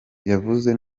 yavuze